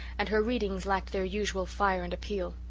and her readings lacked their usual fire and appeal.